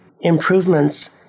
improvements